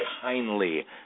kindly